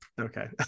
Okay